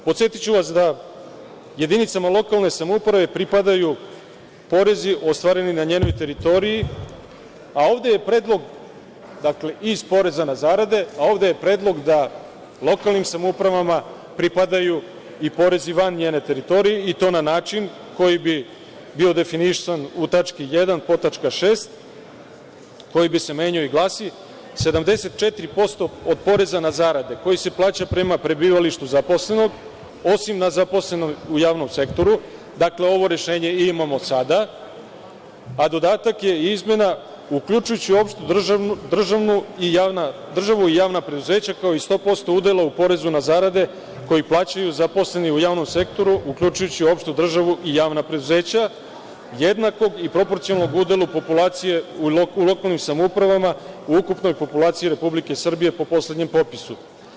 Podsetiću vas da jedinicama lokalne samouprave pripadaju porezi ostvareni na njenoj teritoriji, a ovde je predlog, dakle, iz poreza na zarade, a ovde je predlog da lokalnim samoupravama pripadaju i porezi van njene teritorije, i to na način koji bi bio definisan u tački 1. podtačka 6, koji bi se menjao i glasi - 74% od poreza na zarade, koji se plaća prema prebivalištu zaposlenog, osim na zaposlenog u javnom sektoru, dakle, ovo rešenje imamo sada, a dodatak je izmena – uključujući uopšte državu i javna preduzeća, kao i 100% udela u porezu na zarade koji plaćaju zaposleni u javnom sektoru, uključujući uopšte državu i javna preduzeća jednakog i proporcionalnog udela populacije u lokalnim samoupravama u ukupnoj populaciji Republike Srbije po poslednjem popisu.